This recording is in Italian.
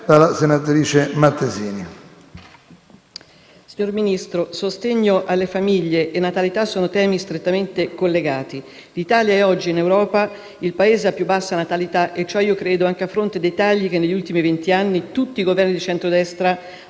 Signor Ministro, sostegno alle famiglie e natalità sono temi strettamente collegati. L'Italia è oggi in Europa il Paese a più bassa natalità e ciò - io credo - anche a fronte dei tagli che negli ultimi vent'anni tutti i Governi di centrodestra hanno